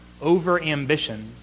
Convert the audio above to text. overambition